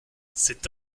c’est